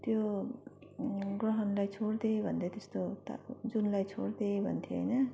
त्यो ग्रहणलाई छोड्दे भन्दै त्यस्तो जूनलाई छोड्दे भन्थ्यो होइन